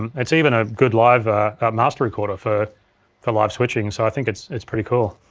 it's even a good live master recorder for for live switching so i think it's it's pretty cool.